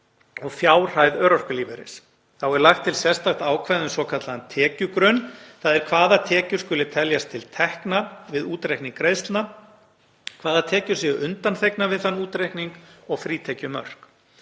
og fjárhæð örorkulífeyris. Þá er lagt til sérstakt ákvæði um svokallaðan tekjugrunn, þ.e. hvaða tekjur skuli teljast til tekna við útreikning greiðslna, hvaða tekjur séu undanþegnar við þann útreikning og frítekjumörk.